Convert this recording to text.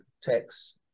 text